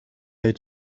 eet